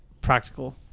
practical